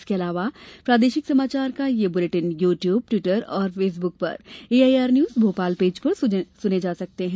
इसके अलावा प्रादेशिक समाचार बुलेटिन यू ट्यूब ट्विटर और फेसबुक पर एआईआर न्यूज भोपाल पेज पर सुने जा सकते हैं